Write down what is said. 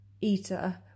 eater